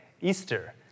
Easter